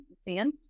seeing